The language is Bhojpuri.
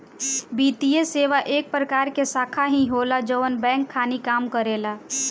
वित्तीये सेवा एक प्रकार के शाखा ही होला जवन बैंक खानी काम करेला